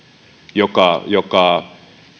joka joka